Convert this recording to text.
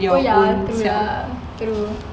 oh ya true ya true